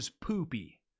poopy